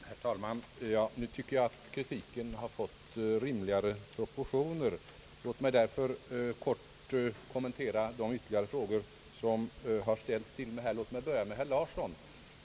Herr talman! Jag tycker att kritiken nu har fått rimligare proportioner. Låt mig därför kort få kommentera de ytterligare frågor, som har ställts till mig. Jag börjar med herr Thorsten Larsson.